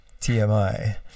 TMI